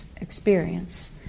experience